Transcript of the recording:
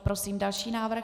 Prosím další návrh.